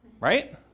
right